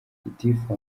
gitifu